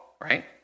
right